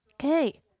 Okay